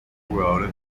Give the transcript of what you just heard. jugadores